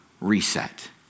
Reset